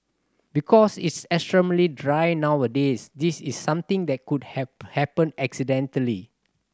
because it's extremely dry nowadays this is something that could have happened accidentally